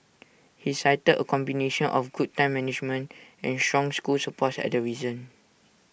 he cited A combination of good time management and strong school support as the reason